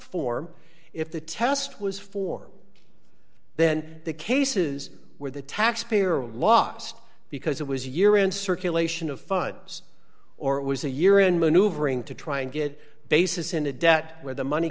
for if the test was for then the cases where the taxpayer lost because it was a year in circulation of funds or it was a year in maneuvering to try and get basis in a debt where the money